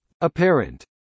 Apparent